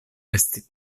esti